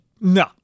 no